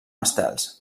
estels